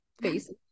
face